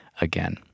again